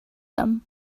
them